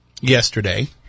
yesterday